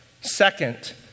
Second